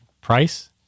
price